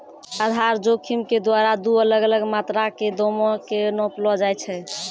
आधार जोखिम के द्वारा दु अलग अलग मात्रा के दामो के नापलो जाय छै